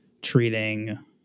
treating